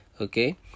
okay